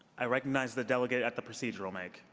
i recognize the delegate at the procedure mic.